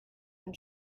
and